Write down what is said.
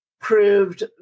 proved